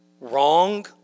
wrong